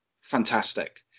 fantastic